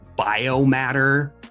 biomatter